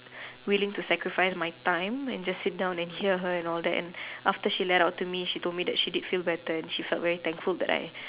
willing to sacrifice my time and just sit down and hear her and all that and after she let out to me she told me that she did feel better and she felt very thankful that I